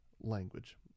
language